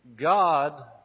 God